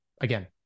again